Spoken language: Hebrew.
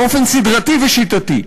באופן סדרתי ושיטתי,